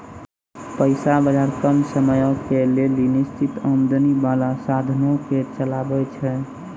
पैसा बजार कम समयो के लेली निश्चित आमदनी बाला साधनो के चलाबै छै